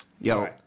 Yo